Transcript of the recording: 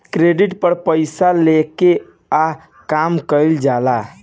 credit पर पइसा लेके आ काम कइल जाला